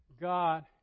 God